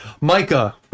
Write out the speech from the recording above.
Micah